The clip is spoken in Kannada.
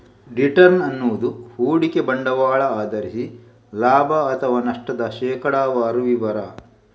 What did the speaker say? ರಿಟರ್ನ್ ಅನ್ನುದು ಹೂಡಿಕೆ ಬಂಡವಾಳ ಆಧರಿಸಿ ಲಾಭ ಅಥವಾ ನಷ್ಟದ ಶೇಕಡಾವಾರು ವಿವರ